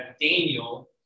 Daniel